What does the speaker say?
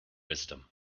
wisdom